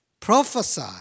Prophesy